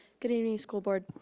good evening school board.